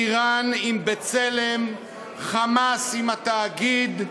איראן עם "בצלם", "חמאס" עם התאגיד,